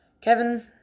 Kevin